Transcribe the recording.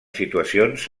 situacions